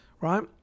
right